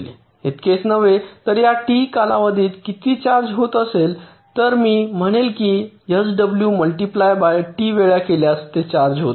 इतकेच नव्हे तर या टी कालावधीत किती चार्ज होत असेल तर मी म्हणेल की एसडब्ल्यू मल्टिप्लाय बाय टी वेळा केल्यास ते चार्ज होत आहे